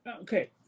Okay